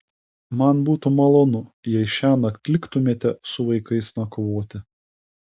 man būtų malonu jei šiąnakt liktumėte su vaikais nakvoti